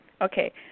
okay